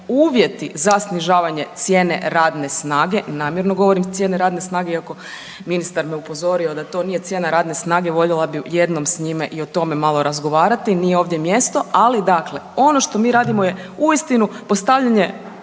uvjeti za snižavanje cijene radne snage. Namjerno govorim cijene radne snage iako ministar me upozorio da to nije cijena radne snage. Voljela bih jednom s njime i o tome malo razgovarati. Nije ovdje mjesto. Ali dakle ono što mi radimo je uistinu postavljanje